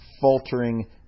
faltering